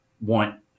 want